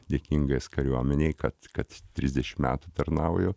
dėkingas kariuomenei kad kad trisešim metų tarnauju